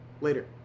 Later